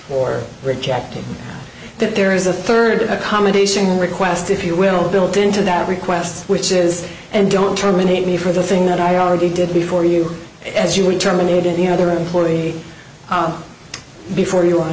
for rejecting that there is a rd accommodation request if you will built into that request which is and don't terminate me for the thing that i already did before you as you were terminated the other employee before you w